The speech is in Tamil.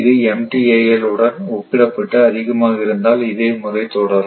இது MTIL உடன் ஒப்பிடப்பட்டு அதிகமாக இருந்தால் இதே முறை தொடரும்